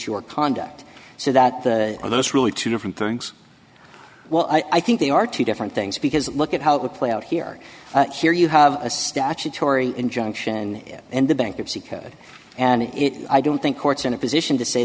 your conduct so that all this really two different things well i think they are two different things because look at how it would play out here here you have a statutory injunction and the bankruptcy code and it i don't think court's in a position to say